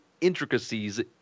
intricacies